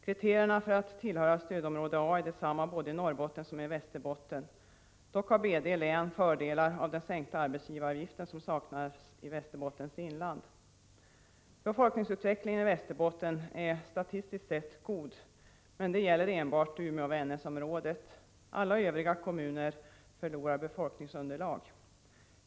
Kriterierna för att tillhöra stödområde A är desamma i Norrbotten som i Västerbotten — dock har BD län fördelar av den sänkta arbetsgivaravgiften, vilka saknas i Västerbottens inland. Befolkningsutvecklingen i Västerbotten är statistiskt sett god, men det gäller enbart Umeå-Vännäs-området — alla övriga kommuner förlorar befolkningsunderlag.